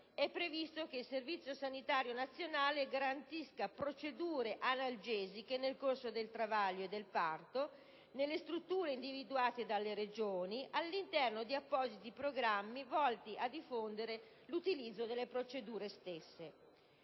comma 3, che «Il Servizio sanitario nazionale garantisce le procedure analgesiche nel corso del travaglio e del parto vaginale nelle strutture individuate dalle regioni e all'interno di appositi programmi volti a diffondere l'utilizzo delle procedure stesse»;